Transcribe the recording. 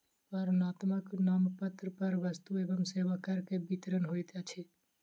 वर्णनात्मक नामपत्र पर वस्तु एवं सेवा कर के विवरण होइत अछि